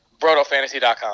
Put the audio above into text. BrotoFantasy.com